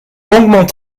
longuement